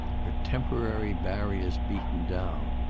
her temporary barriers beaten down.